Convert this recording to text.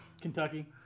Kentucky